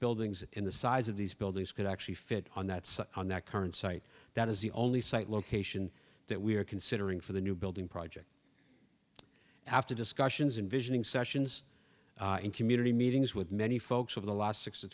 buildings in the size of these buildings could actually fit on that on that current site that is the only site location that we are considering for the new building project after discussions in visioning sessions and community meetings with many folks over the last six to